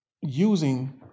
using